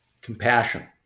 Compassion